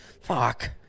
fuck